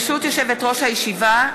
ברשות יושבת-ראש הישיבה,